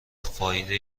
فایده